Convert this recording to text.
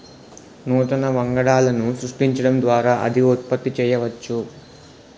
నూతన వంగడాలను సృష్టించడం ద్వారా అధిక ఉత్పత్తి చేయవచ్చు